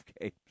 games